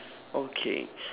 okay